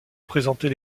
représentés